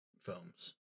films